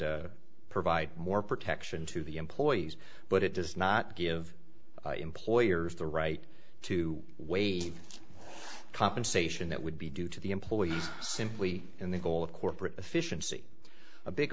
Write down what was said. provide more protection to the employees but it does not give employers the right to waive compensation that would be due to the employees simply in the goal of corporate efficiency a big